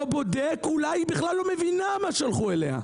בודק אולי היא בכלל לא מבינה מה שלחו אליה.